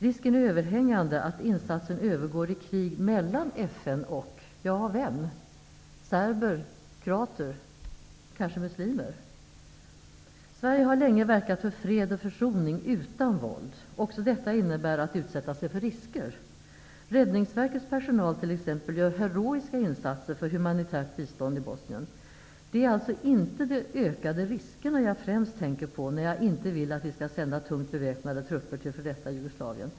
Risken är överhängande att insatsen övergår i krig mellan FN och - ja, vem? Serber, kroater eller kanske muslimer? Sverige har länge verkat för fred och försoning utan våld. Också detta innebär att utsätta sig för risker. T.ex. Räddningsverkets personal gör heroiska insatser för humanitärt bistånd i Bosnien. Det är alltså inte de ökade riskerna jag främst tänker på när jag inte vill att vi skall sända tungt beväpnade trupper till f.d. Jugoslavien.